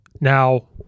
Now